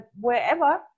wherever